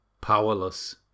powerless